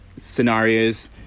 scenarios